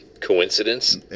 Coincidence